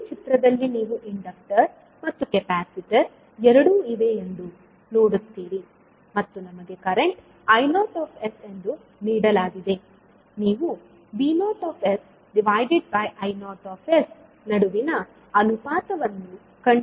ಈ ಚಿತ್ರದಲ್ಲಿ ನೀವು ಇಂಡಕ್ಟರ್ ಮತ್ತು ಕೆಪಾಸಿಟರ್ ಎರಡೂ ಇವೆ ಎಂದು ನೋಡುತ್ತೀರಿ ಮತ್ತು ನಿಮಗೆ ಕರೆಂಟ್ I0 ಎಂದು ನೀಡಲಾಗಿದೆ ನೀವು V0I0 ನಡುವಿನ ಅನುಪಾತವನ್ನು ಕಂಡುಹಿಡಿಯಬೇಕು